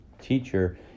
teacher